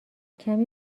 کمی